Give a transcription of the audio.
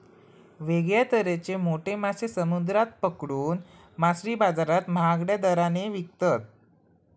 वेगळ्या तरेचे मोठे मासे समुद्रात पकडून मासळी बाजारात महागड्या दराने विकतत